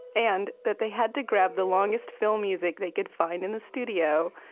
and that they had to grab the longest film music they could find in the studio,